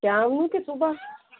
ਸ਼ਾਮ ਨੂੰ ਕਿ ਸੁਬਾਹ